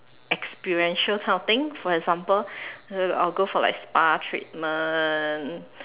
experiential kind of thing for example uh I'll go for like spa treatment